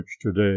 today